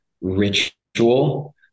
ritual